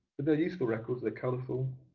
they're useful records, they're colourful.